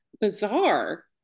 bizarre